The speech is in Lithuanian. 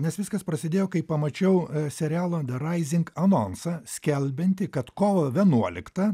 nes viskas prasidėjo kai pamačiau serialo de raizink anonsą skelbiantį kad kovo vienuoliktą